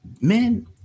men